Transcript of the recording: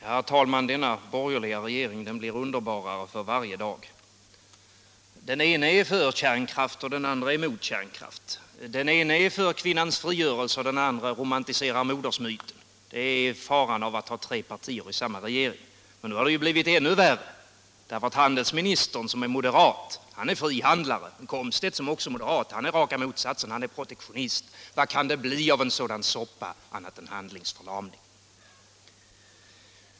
Herr talman! Denna borgerliga regering blir underbarare för varje dag. Den ene är för kärnkraft och den andre är emot. Den ene är för kvinnans frigörelse, och den andre romantiserar modersmyten. Det är faran av att ha tre partier i samma regering. Nu har det blivit ännu värre. Handelsministern som är moderat är frihandlare, och herr Komstedt som också är moderat är raka motsatsen, nämligen protektionist. Vad kan det bli av en sådan soppa annat än handlingsförlamning?